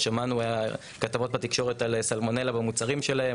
שמענו כתבות בתקשורת על סלמונלה במוצרים שלהם,